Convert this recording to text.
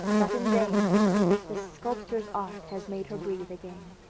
but in vain the sculptor's art has made her breathe again.